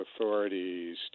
authorities